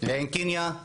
בעין קניה,